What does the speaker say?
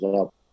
up